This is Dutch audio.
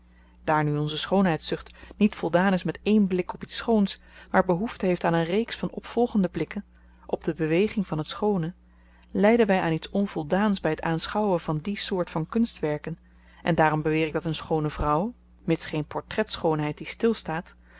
daar nu onze schoonheidszucht niet voldaan is met één blik op iets schoons maar behoefte heeft aan een reeks van opvolgende blikken op de beweging van het schoone lyden wy aan iets onvoldaans by t aanschouwen van die soort van kunstwerken en daarom beweer ik dat een schoone vrouw mits geen portretschoonheid die